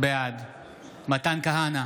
בעד מתן כהנא,